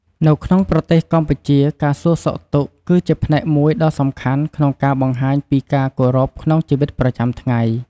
នៅក្នុងប្រទេសកម្ពុជា ការសួរសុខទុក្ខគឺជាផ្នែកមួយដ៏សំខាន់ក្នុងការបង្ហាញពីការគោរពក្នុងជីវិតប្រចាំថ្ងៃ។